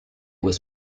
was